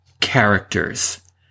characters